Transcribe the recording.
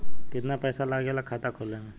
कितना पैसा लागेला खाता खोले में?